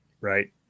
Right